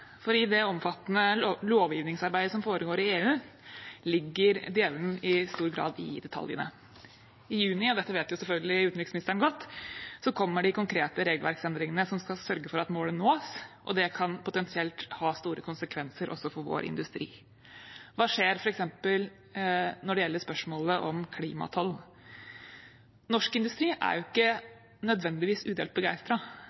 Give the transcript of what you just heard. for i det omfattende lovgivningsarbeidet som foregår i EU, ligger djevelen i stor grad i detaljene. I juni – og det vet selvfølgelig utenriksministeren godt – kommer de konkrete regelverksendringene som skal sørge for at målet nås, og det kan potensielt ha store konsekvenser også for vår industri. Hva skjer f.eks. når det gjelder spørsmålet om klimatoll? Norsk Industri er ikke